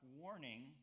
warning